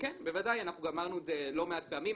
כן, בוודאי, אנחנו גם אמרנו את זה לא מעט פעמים.